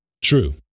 True